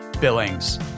billings